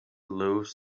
loews